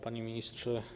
Panie Ministrze!